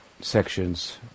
sections